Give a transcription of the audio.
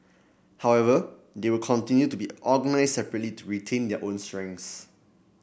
however they will continue to be organised separately to retain their own strengths